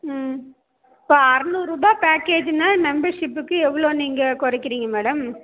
ம் இப்போ அறநூறுரூபா பேக்கேஜ்னால் மெம்பர்ஷிப்புக்கு எவ்வளோ நீங்கள் குறைக்கிறீங்க மேடம்